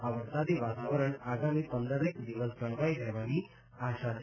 આ વરસાદી વાતાવરણ આગામી પંદરેક દિવસ જળવાઈ રહેવાની આશા છે